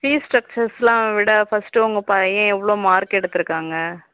fees ஸ்டெக்ச்சர்ஸ்லாம் விட first உங்கள் பையன் எவ்வளோ மார்க் எடுத்துருக்காங்க